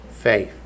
faith